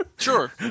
Sure